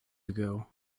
ago